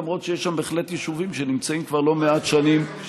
למרות שיש שם בהחלט יישובים שנמצאים כבר לא מעט שנים על הקרקע.